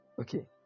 Okay